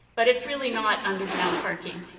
but it's really not underground parking.